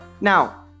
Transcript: Now